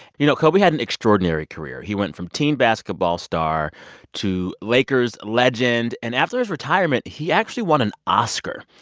you know, kobe had an extraordinary career. he went from teen basketball star to lakers legend. and after his retirement, he actually won an oscar.